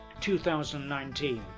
2019